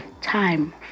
time